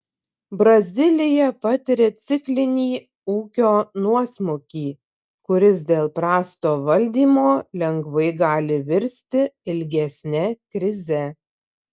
brazilija patiria ciklinį ūkio nuosmukį kuris dėl prasto valdymo lengvai gali virsti ilgesne krize